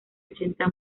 ochenta